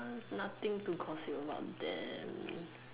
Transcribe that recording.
nothing to gossip about them